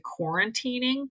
quarantining